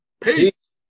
Peace